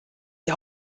die